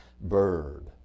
bird